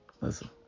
Listen